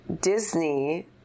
disney